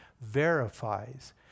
verifies